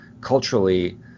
culturally